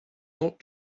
not